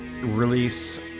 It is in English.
release